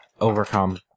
overcome